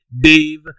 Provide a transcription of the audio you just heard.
dave